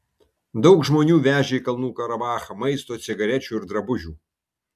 daug žmonių vežė į kalnų karabachą maisto cigarečių ir drabužių